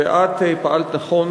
ואת פעלת נכון